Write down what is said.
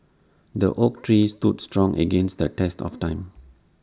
the oak tree stood strong against the test of time